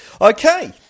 Okay